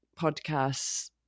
podcasts